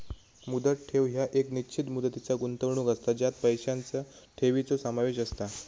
मुदत ठेव ह्या एक निश्चित मुदतीचा गुंतवणूक असता ज्यात पैशांचा ठेवीचो समावेश असता